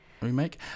remake